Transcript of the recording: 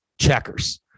checkers